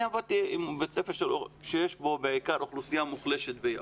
אני עבדתי בבית ספר בו למדו בעיקר תלמידים מהאוכלוסייה המוחלשת ביפו.